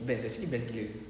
best actually best gila